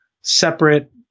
separate